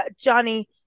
johnny